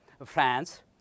France